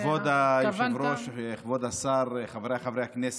כבוד היושב-ראש וכבוד השר, חבריי חברי הכנסת,